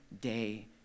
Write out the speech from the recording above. day